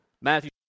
Matthew